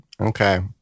Okay